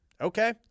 Okay